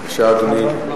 בבקשה, אדוני.